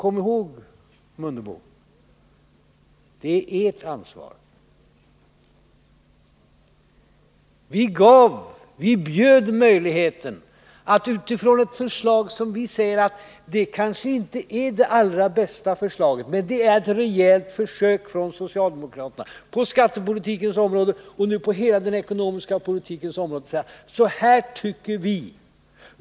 Kom ihåg, Ingemar Mundebo, det är ert ansvar. Vi bjöd möjligheten att resonera utifrån ett förslag, som kanske inte är det allra bästa förslaget men som är ett rejält försök från socialdemokraterna på skattepolitikens område och på hela den ekonomiska politikens område genom att säga: Så här tycker vi.